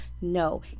No